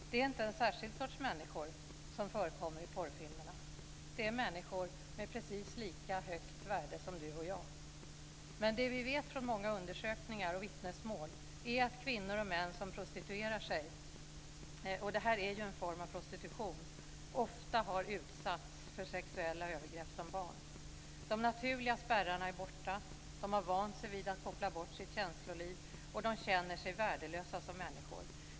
Det är inte en särskild sorts människor som förekommer i porrfilmerna. Det är människor med precis lika högt värde som du och jag. Men det vi vet från många undersökningar och vittnesmål är att kvinnor och män som prostituerar sig - och det här är ju en form av prostitution - ofta har utsatts för sexuella övergrepp som barn. De naturliga spärrarna är borta. De har vant sig vid att koppla bort sitt känsloliv, och de känner sig värdelösa som människor.